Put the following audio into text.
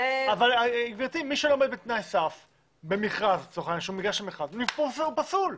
מי שלא עומד בתנאי הסף במכרז, פסול.